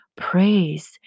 Praise